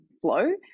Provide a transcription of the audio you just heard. flow